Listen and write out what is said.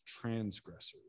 transgressors